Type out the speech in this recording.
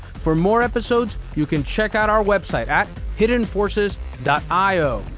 for more episodes, you can check out our website at hiddenforces io.